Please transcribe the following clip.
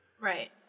Right